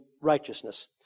righteousness